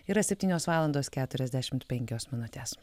yra septynios valandos keturiasdešimt penkios minutės